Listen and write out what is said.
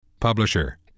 Publisher